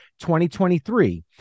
2023